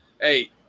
Hey